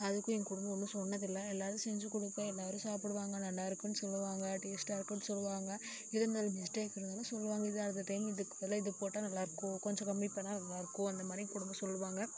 அதுக்கும் எங்கள் குடும்பம் ஒன்றும் சொன்னதில்லை எல்லோருக்கும் செஞ்சுக் கொடுப்பேன் எல்லோரும் சாப்பிடுவாங்க நல்லாயிருக்குன்னு சொல்லுவாங்க டேஸ்டாக இருக்குன்னு சொல்லுவாங்க எது இருந்தாலும் மிஸ்டேக் பண்ணாலும் சொல்லுவாங்க இது அடுத்த டைம் இதுக்கு பதிலாக இதை போட்டால் நல்லாயிருக்கும் கொஞ்சம் கம்மி பண்ணால் நல்லாயிருக்கும் அந்த மாதிரி என் குடும்பம் சொல்லுவாங்க